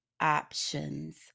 options